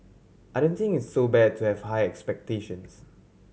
I don't think it's so bad to have high expectations